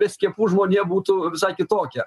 be skiepų žmonija būtų visai kitokia